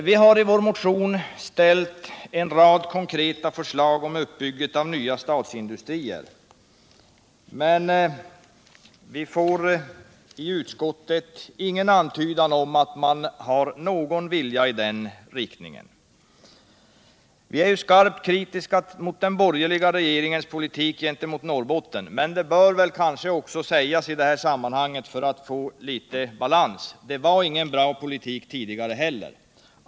Vi har i vår motion framställt en rad konkreta förslag om uppbyggandet av nya statsindustrier, men vi får i utskottsbetänkandet ingen antydan om att man har någon vilja i den riktningen. Vi är skarpt kritiska mot den borgerliga regeringens politik för Norrbotten, men det bör också sägas i det sammanhanget, för att man skall få litet balans: Det var ingen bra politik tidigare heller.